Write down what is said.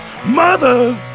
Mother